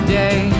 day